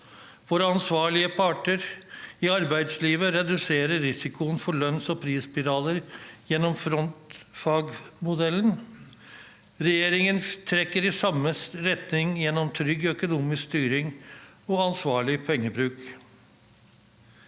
Våre ansvarlige parter i arbeidslivet reduserer risikoen for lønns- og prisspiraler gjennom frontfagsmodellen. Regjeringen trekker i samme retning gjennom trygg økonomisk styring og ansvarlig pengebruk.